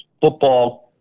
football